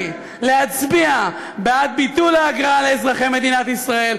להצביע בעד ביטול האגרה לאזרחי מדינת ישראל.